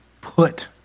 put